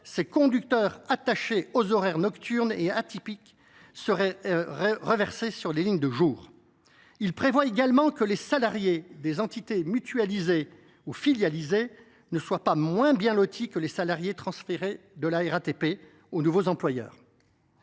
ces conducteurs attachés aux horaires nocturnes et atypiques seraient reversés sur des lignes de jour. Il permet également que les salariés des entités mutualisées ou filialisées ne soient pas moins bien lotis que les salariés transférés de la RATP aux nouveaux employeurs.